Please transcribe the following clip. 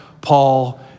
Paul